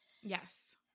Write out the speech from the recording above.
Yes